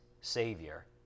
Savior